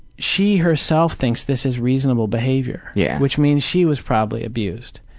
she herself thinks this is reasonable behavior. yeah. which means she was probably abused.